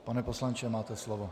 Pane poslanče, máte slovo.